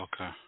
Okay